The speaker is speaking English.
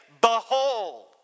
behold